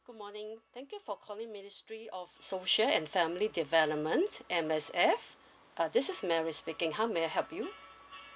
good morning thank you for calling ministry of social and family development M_S_F uh this is mary speaking how may I help you